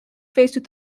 faced